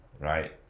Right